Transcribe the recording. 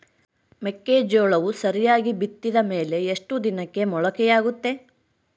ಮೆಕ್ಕೆಜೋಳವು ಸರಿಯಾಗಿ ಬಿತ್ತಿದ ಮೇಲೆ ಎಷ್ಟು ದಿನಕ್ಕೆ ಮೊಳಕೆಯಾಗುತ್ತೆ?